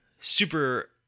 super